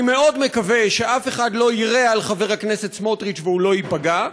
אני מקווה מאוד שאף אחד לא יירה על חבר הכנסת סמוטריץ והוא לא ייפגע,